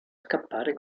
scappare